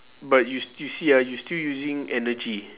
but you s~ you see ah you still using energy